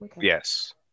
Yes